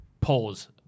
Pause